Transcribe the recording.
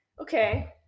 Okay